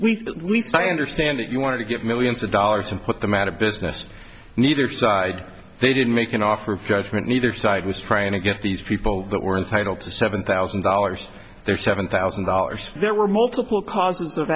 i understand that you want to get millions of dollars and put them out of business neither side they didn't make an offer of judgment neither side was trying to get these people that were entitled to seven thousand dollars their seven thousand dollars there were multiple causes of